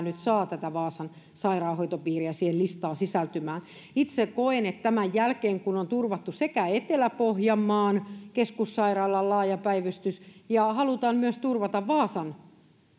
nyt saada vaasan sairaanhoitopiiriä siihen listaan sisältymään itse koen että tämän jälkeen kun on turvattu etelä pohjanmaan keskussairaalan laaja päivystys ja halutaan myös turvata vaasan